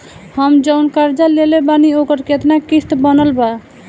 हम जऊन कर्जा लेले बानी ओकर केतना किश्त बनल बा?